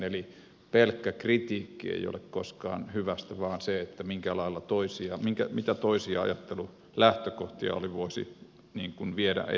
eli pelkkä kritiikki ei ole koskaan hyvästä vaan se mitä toisia ajattelun lähtökohtia voisi viedä eteenpäin